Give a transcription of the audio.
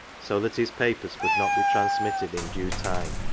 so that his papers could not be transmitted in due time.